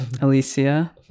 Alicia